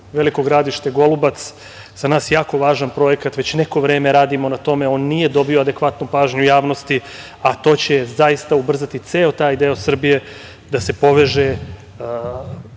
Gradište-Golubac. Za nas jako važan projekat, već neko vreme radimo na tome. On nije dobio adekvatnu pažnju javnosti, a to će zaista ubrzati ceo taj deo Srbije da se poveže